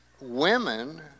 Women